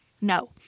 No